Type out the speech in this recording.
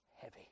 Heavy